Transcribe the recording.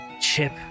Chip